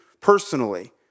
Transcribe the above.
personally